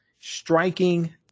striking